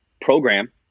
program